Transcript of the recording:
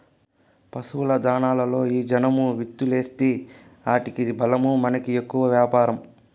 పశుల దాణాలలో ఈ జనుము విత్తూలేస్తీ ఆటికి బలమూ మనకి ఎక్కువ వ్యాపారం